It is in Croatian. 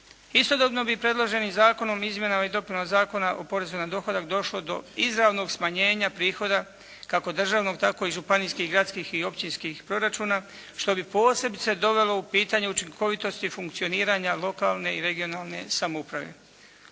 Istodobno bi i predloženim zakonom o izmjenama i dopunama Zakona o porezu na dohodak došlo do izravnog smanjenja prihoda kako državnog tako i županijskih, gradskih i općinskih proračuna što bi posebice dovelo u pitanje učinkovitost funkcioniranja lokalne i regionalne samouprave.